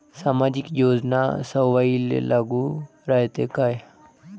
सामाजिक योजना सर्वाईले लागू रायते काय?